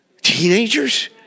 teenagers